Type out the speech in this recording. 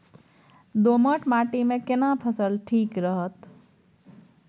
दोमट माटी मे केना फसल ठीक रहत?